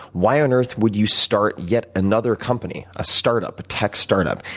why on earth would you start yet another company? a startup, a tech startup.